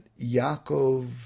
Yaakov